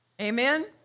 Amen